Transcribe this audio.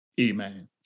Amen